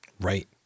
Right